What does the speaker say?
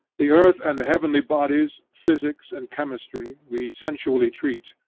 the earth and the heavenly bodies, physics, and chemistry, we sensually treat,